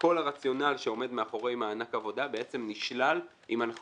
כל הרציונל שעומד מאחורי מענק העבודה בעצם נשלל אם אנחנו